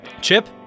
Chip